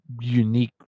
unique